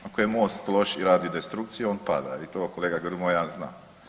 Ako je MOST loš i radi destrukciju, on pada i to kolega Grmoja zna.